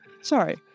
Sorry